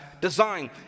design